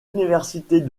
universités